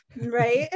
right